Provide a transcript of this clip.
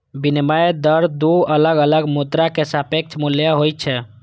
विनिमय दर दू अलग अलग मुद्रा के सापेक्ष मूल्य होइ छै